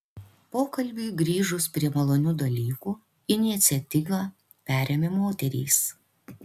pokalbiui grįžus prie malonių dalykų iniciatyvą perėmė moterys